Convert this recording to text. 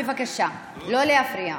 בבקשה לא להפריע.